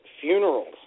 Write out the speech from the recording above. funerals